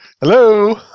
hello